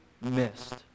missed